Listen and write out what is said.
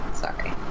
Sorry